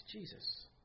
Jesus